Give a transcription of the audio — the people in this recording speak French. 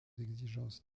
exigences